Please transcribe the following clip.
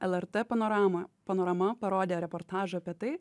lrt panoramoje panorama parodė reportažą apie tai